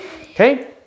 Okay